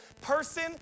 Person